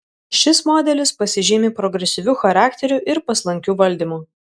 šis modelis pasižymi progresyviu charakteriu ir paslankiu valdymu